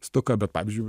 stoka bet pavyzdžiui